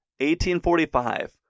1845